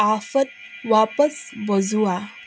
আফট ৱাপছ বজোৱা